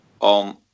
on